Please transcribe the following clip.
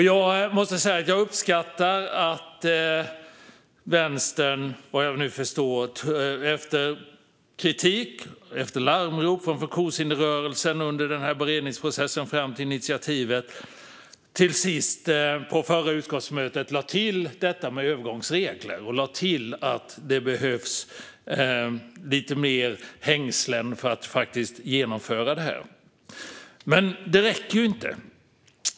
Jag måste säga att jag uppskattar att Vänstern, vad jag förstår efter kritik och larmrop från funktionshindersrörelsen under beredningsprocessen fram till initiativet, till sist på förra utskottsmötet lade till detta med övergångsregler och lade till att det behövs lite mer hängslen för att genomföra det här. Men det räcker inte.